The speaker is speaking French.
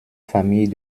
familles